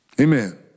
Amen